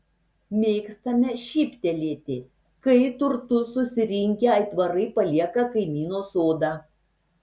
mėgstame šyptelėti kai turtus susirinkę aitvarai palieka kaimyno sodą